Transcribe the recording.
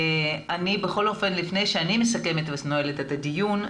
לפני שאני נועלת את הדיון,